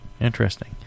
Interesting